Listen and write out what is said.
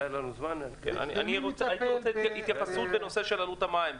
אני רוצה התייחסות לנושא המים,